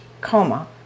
coma